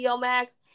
max